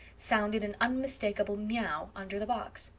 sounded an unmistakable mew under the box.